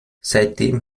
seitdem